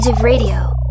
radio